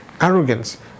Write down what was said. arrogance